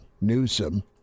Newsom